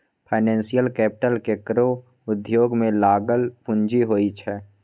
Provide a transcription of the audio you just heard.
financial capital केकरो उद्योग में लागल पूँजी होइ छै